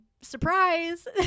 surprise